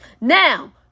Now